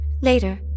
Later